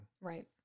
Right